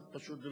רק פשוט,